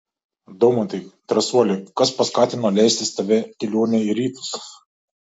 daumantai drąsuoli kas paskatino leistis tave kelionei į rytus